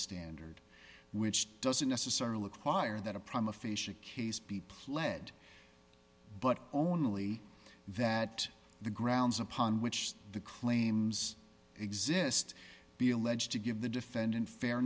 standard which doesn't necessarily require that a prime offish a case be pled but only that the grounds upon which the claims exist be alleged to give the defendant fair